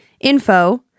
info